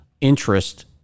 interest